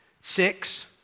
six